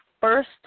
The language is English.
first